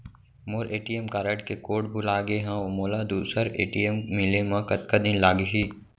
मोर ATM card के code भुला गे हव, मोला दूसर ए.टी.एम मिले म कतका दिन लागही?